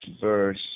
verse